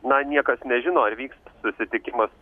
na niekas nežino ar vyks susitikimas